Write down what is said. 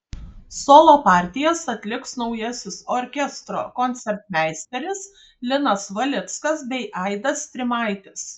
solo partijas atliks naujasis orkestro koncertmeisteris linas valickas bei aidas strimaitis